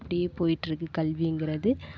அப்படியே போயிட்டுருக்கு கல்விங்கிறது